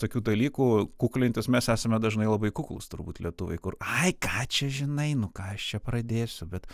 tokių dalykų kuklintis mes esame dažnai labai kuklūs turbūt lietuviai kur ai ką čia žinai nu ką aš čia pradėsiu bet